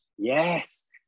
yes